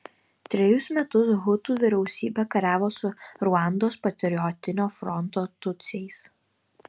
trejus metus hutų vyriausybė kariavo su ruandos patriotinio fronto tutsiais